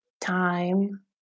time